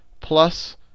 plus